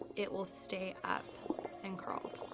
it will stay up and curled.